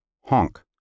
honk